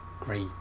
Great